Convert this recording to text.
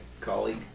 colleague